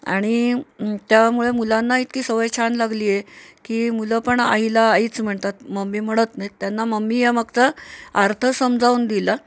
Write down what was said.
आणि त्यामुळे मुलांना इतकी सवय छान लागली आहे की मुलं पण आईला आईच म्हणतात मम्मी म्हणत नाहीत त्यांना मम्मी या मागचा अर्थ समजावून दिला